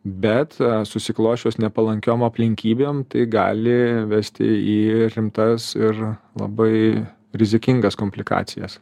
bet susiklosčius nepalankiom aplinkybėm tai gali vesti į rimtas ir labai rizikingas komplikacijas